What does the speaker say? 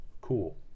Cool